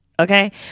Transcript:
Okay